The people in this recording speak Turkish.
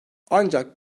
ancak